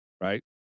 Right